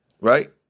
Right